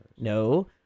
No